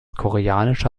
koreanische